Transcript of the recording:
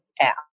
app